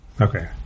Okay